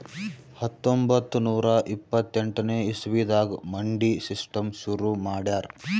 ಹತ್ತೊಂಬತ್ತ್ ನೂರಾ ಇಪ್ಪತ್ತೆಂಟನೇ ಇಸವಿದಾಗ್ ಮಂಡಿ ಸಿಸ್ಟಮ್ ಶುರು ಮಾಡ್ಯಾರ್